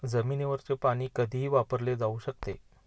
जमिनीवरचे पाणी कधीही वापरले जाऊ शकते